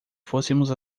fôssemos